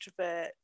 extrovert